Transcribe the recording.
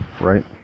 right